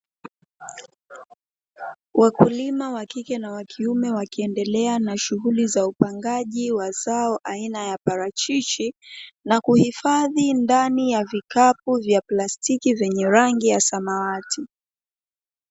Wakulima wa kike na wa kiume wakiendelea na shughuli za upandaji wa zao aina ya parachichi na kuhifadhi ndani ya vikapu vya plastiki vyenye rangi ya samawati.